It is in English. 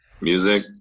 Music